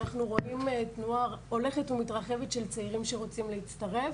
אנחנו בונים תנועה הולכת ומתרחבת של צעירים שרוצים להצטרף.